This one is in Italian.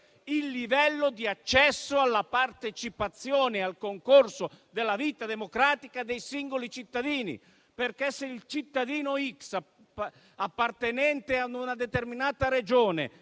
il livello di accesso alla partecipazione e al concorso della vita democratica dei singoli cittadini. Se, infatti, il cittadino X, appartenente ad una determinata Regione